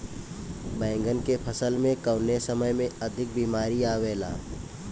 बैगन के फसल में कवने समय में अधिक बीमारी आवेला?